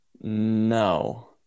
No